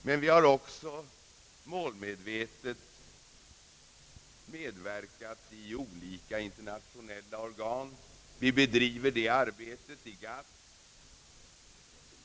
Men vi har också målmedvetet medverkat i olika internationella organ. Vi har denna uppgift för ögonen när vi deltar i arbetet i GATT.